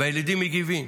הילדים מגיבים,